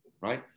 right